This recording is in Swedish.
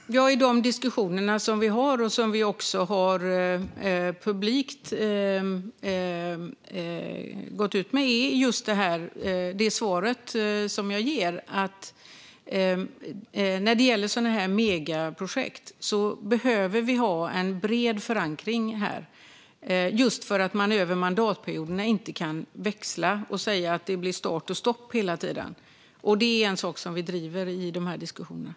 Herr talman! Ja, i de diskussioner som vi har och som vi också gått ut med publikt är det just det här svaret jag ger - att när det gäller sådana här megaprojekt behöver vi ha god förankring här i riksdagen eftersom man inte kan växla över mandatperioderna och säga att det blir start och stopp hela tiden. Det är en sak som vi driver i de här diskussionerna.